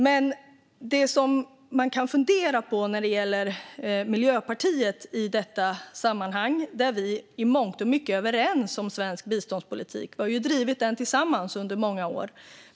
Vi och Miljöpartiet är i mångt och mycket överens om svensk biståndspolitik; vi har ju drivit den tillsammans under många år.